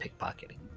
pickpocketing